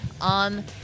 on